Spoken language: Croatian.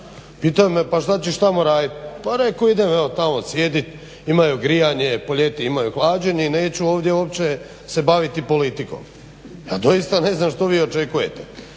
pitaju me pa šta ćeš tamo radit, pa reko idem tamo sjedit, imaju grijanje, po ljeti imaju hlađenje i neću ovdje uopće se baviti politikom. Ja doista ne znam što vi očekujete.